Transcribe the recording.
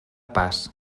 pas